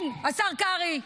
כן, השר קרעי,